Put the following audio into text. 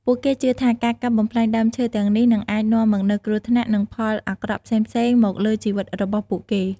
ពួកគេជឿថា ការកាប់បំផ្លាញដើមឈើទាំងនេះនឹងអាចនាំមកនូវគ្រោះថ្នាក់និងផលអាក្រក់ផ្សេងៗមកលើជីវិតរបស់ពួកគេ។